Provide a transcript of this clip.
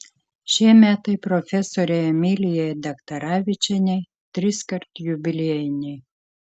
šie metai profesorei emilijai daktaravičienei triskart jubiliejiniai